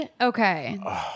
okay